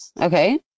Okay